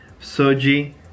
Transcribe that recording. Soji